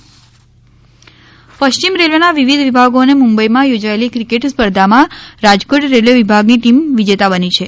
cricket Rajkot પશ્ચિમ રેલ્વેના વિવધ વિભાગોની મુંબઇમાં યોજાયેલી ક્રિકેટ સ્પર્ધામાં રાજકોટ રેલ્વે વિભાગની ટીમ વિજેતા બની છે